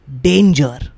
danger